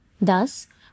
Thus